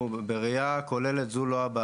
בראייה כוללת זה לא מה